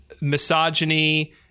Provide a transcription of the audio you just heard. misogyny